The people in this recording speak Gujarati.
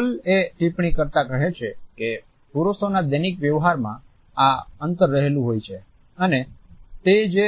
હોલે ટિપ્પણી કરતા કહે છે કે પુરુષોના દૈનિક વ્યવહારમાં આ અંતર રહેલું હોય છે અને તે જે